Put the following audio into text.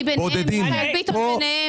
מיכאל ביטון ביניהם.